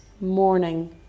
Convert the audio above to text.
morning